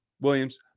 Williams